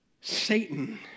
Satan